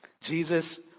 Jesus